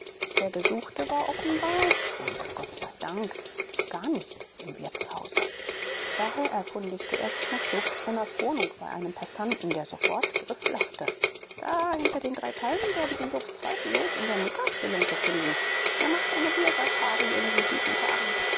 der gesuchte war offenbar und gott sei dank gar nicht im wirtshause daher erkundigte er sich nach jobst renners wohnung bei einem passanten der sofort grifflachte da hinten unter den drei palmen werden sie jobst zweifellos in der niggerspelunke finden er macht seine bier safari in diesen tagen